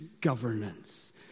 governance